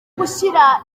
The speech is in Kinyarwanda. gushyira